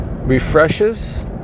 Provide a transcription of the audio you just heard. refreshes